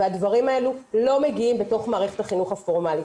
הדברים האלו לא מגיעים בתוך מערכת החינוך הפורמלית.